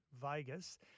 Vegas